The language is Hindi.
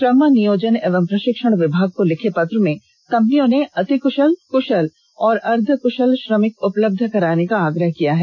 श्रम नियोजन एवं प्रषिक्षण विभाग को लिखे पत्र में कंपनियों ने अति कुषल कुषल और अर्द्द कुषल श्रमिक उपलब्ध कराने का आग्रह किया है